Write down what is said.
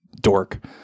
dork